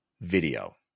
video